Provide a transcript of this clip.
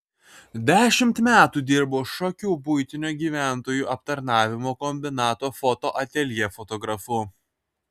dešimt metų dirbo šakių buitinio gyventojų aptarnavimo kombinato fotoateljė fotografu